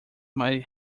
might